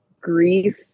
grief